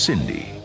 Cindy